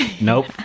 Nope